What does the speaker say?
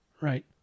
right